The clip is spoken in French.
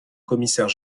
commissaire